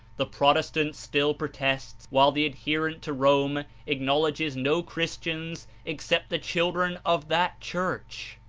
the protestant still protests, while the adherent to rome acknowledges no christians except the children of that church.